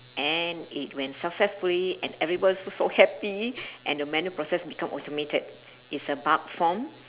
and it went successfully and everyone was so happy and the manual process become automated it's a bug form